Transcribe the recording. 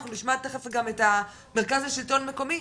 אנחנו נשמע גם את המרכז לשלטון מקומי,